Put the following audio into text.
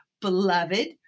beloved